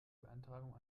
beantragung